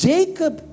Jacob